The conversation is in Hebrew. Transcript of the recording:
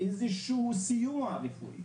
איזשהו סיוע רפואי